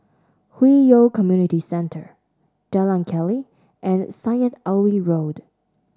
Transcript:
Hwi Yoh Community Centre Jalan Keli and Syed Alwi Road